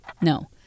No